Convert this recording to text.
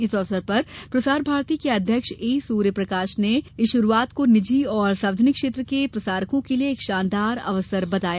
इस अवसर पर प्रसार भारती के अध्यक्ष ए सूर्य प्रकाश ने इस शुरूआत को निजी और सार्वजनिक क्षेत्र के प्रसारकों के लिए एक शानदार अवसर बताया